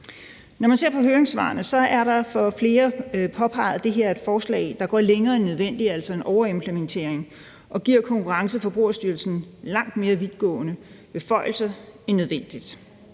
Når man ser på høringssvarene, er der i flere påpeget, at det her er et forslag, der går længere end nødvendigt, altså en overimplementering, og giver Konkurrence- og Forbrugerstyrelsen langt mere vidtgående beføjelser end nødvendigt.